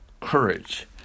courage